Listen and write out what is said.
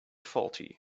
faulty